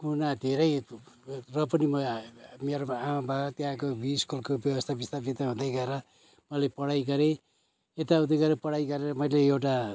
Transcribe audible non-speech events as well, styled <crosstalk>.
कुना धेरै र पनि म मेरोमा आमा बाबा त्यहाँको बि स्कुलको व्यवस्था <unintelligible> हुँदै गएर मैले पढाइ गरे यताउति गरेर पढाइ गरेर मैले एउटा